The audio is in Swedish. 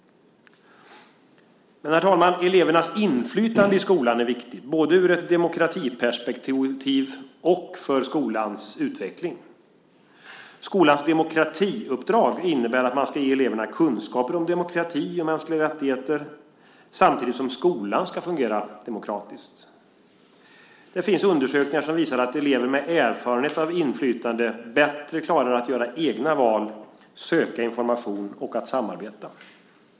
Men, herr talman, elevernas inflytande i skolan är viktigt, både ur ett demokratiperspektiv och för skolans utveckling. Skolans demokratiuppdrag innebär att man ska ge eleverna kunskaper om demokrati och mänskliga rättigheter, samtidigt som skolan ska fungera demokratiskt. Det finns undersökningar som visar att elever med erfarenhet av inflytande bättre klarar att göra egna val, söka information och samarbeta.